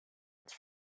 its